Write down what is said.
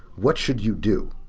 what should you do?